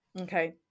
Okay